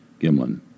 Gimlin